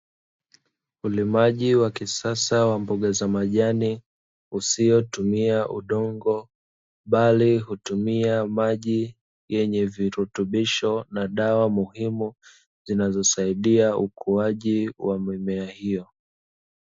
Ulimaji wa kisasa wa mboga za majan, usiotumia udongo bali hutumia maji yenye virutubisho na dawa muhimu zinazosaidia ukuwaji wa mimea hio.